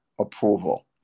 approval